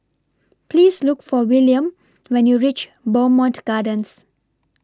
Please Look For Willam when YOU REACH Bowmont Gardens